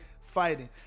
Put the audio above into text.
fighting